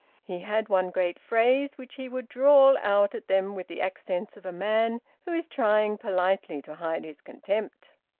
he had one great phrase, which he would drawl out at them with the accents of a man who is trying politely to hide his contempt